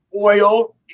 oil